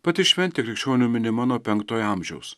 pati šventė krikščionių minima nuo penktojo amžiaus